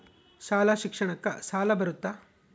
ಶಾಲಾ ಶಿಕ್ಷಣಕ್ಕ ಸಾಲ ಬರುತ್ತಾ?